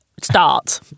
Start